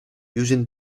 using